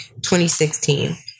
2016